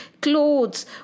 clothes